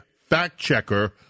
fact-checker